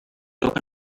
open